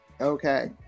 Okay